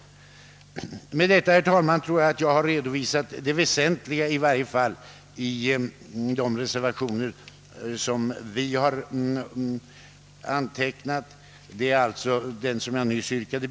Med detta, herr talman, tror jag att jag redovisat i varje fall det väsentliga i de reservationer som vi har fogat till utskottets utlåtande.